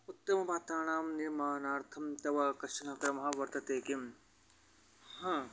उत्तमपात्राणां निर्माणार्थं तव कश्चन क्रमः वर्तते किं हा